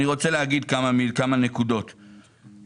אני רוצה להעלות כמה נקודות לעצם המס.